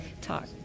talk